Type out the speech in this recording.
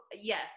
yes